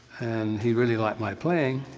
and he really liked my playing,